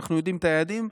אנחנו יודעים את היעדים.